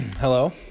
Hello